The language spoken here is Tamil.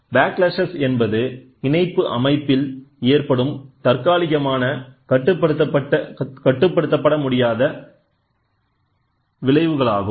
ப்ளாக்ளாஷ் என்பது இணைப்பு அமைப்பில் ஏற்படும் தற்காலிகமான கட்டுப்படுத்தப்பட முடியாத தன் விளைவுகளாகும்